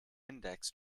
index